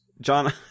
John